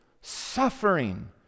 suffering